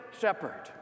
shepherd